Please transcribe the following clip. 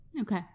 Okay